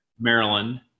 Maryland